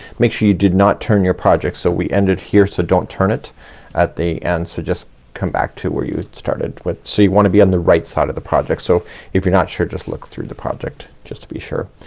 make sure you did not turn your project. so we ended here so don't turn it at the end. and so just come back to where you started with. so you wanna be on the right side of the project. so if you're not sure just look through the project just to be sure.